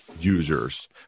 users